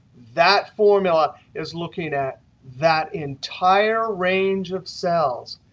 that formula is looking at that entire range of cells.